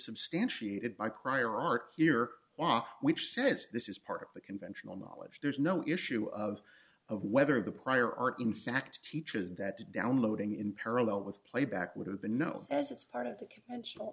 substantiated by prior art here which says this is part of the conventional knowledge there's no issue of of whether the prior art in fact teaches that the downloading in parallel with playback would have been know as it's part of the conventional